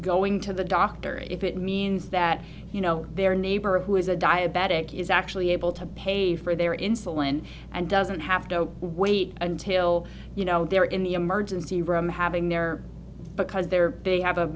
going to the doctor if it means that you know their neighbor who is a diabetic is actually able to pay for their insulin and doesn't have to wait until you know they're in the emergency room having because they're big have a